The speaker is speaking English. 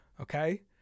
okay